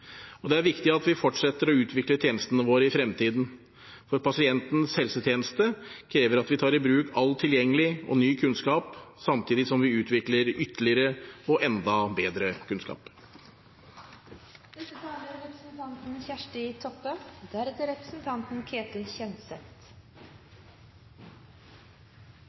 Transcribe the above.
Og det er viktig at vi fortsetter å utvikle tjenestene våre i fremtiden, for pasientens helsetjeneste krever at vi tar i bruk all tilgjengelig og ny kunnskap, samtidig som vi utvikler ytterligere og enda bedre kunnskap. Takk til representanten